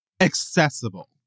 accessible